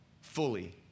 fully